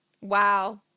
wow